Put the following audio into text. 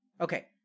Okay